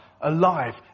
alive